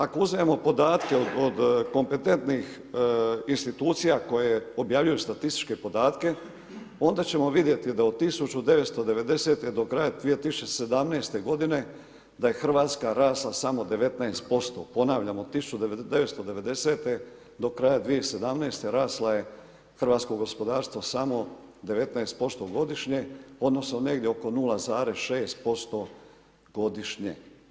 Ako uzmemo podatke od kompetentnih institucija koje objavljuju statističke podatke, onda ćemo vidjeti da od 1990. do kraja 2017. godine da je RH rasla samo 19%, ponavljam, od 1990. do kraja 2017. rasla je hrvatsko gospodarstvo samo 19% godišnje odnosno negdje oko 0,6% godišnje.